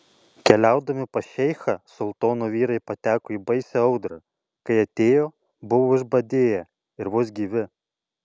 keliaudami pas šeichą sultono vyrai pateko į baisią audrą kai atėjo buvo išbadėję ir vos gyvi